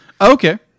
okay